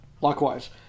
Likewise